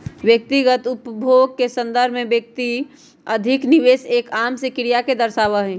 व्यक्तिगत उपभोग के संदर्भ में अधिक निवेश एक आम से क्रिया के दर्शावा हई